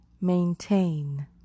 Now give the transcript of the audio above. Maintain